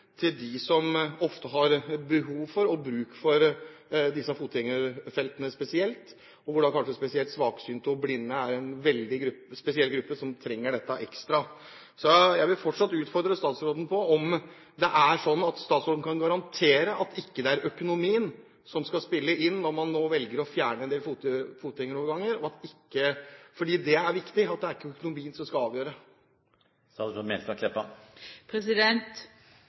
til dem som ofte har behov for disse fotgjengerfeltene spesielt, hvorav kanskje svaksynte og blinde er en veldig spesiell gruppe som dette er ekstra viktig for. Jeg vil derfor fortsatt utfordre statsråden på om det er sånn at statsråden kan garantere at det ikke er økonomien som skal spille inn når man nå velger å fjerne fotgjengeroverganger, for det er viktig at det ikke er økonomien som skal avgjøre. «Garanti» er eit krevjande ord. Det som eg kan lova, er at eg skal